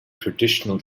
traditional